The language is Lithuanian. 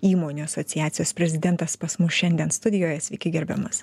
įmonių asociacijos prezidentas pas mus šiandien studijoje sveiki gerbiamas